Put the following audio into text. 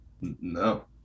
No